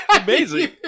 amazing